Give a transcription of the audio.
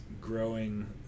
growing